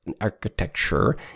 architecture